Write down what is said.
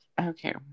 Okay